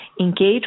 engage